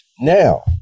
Now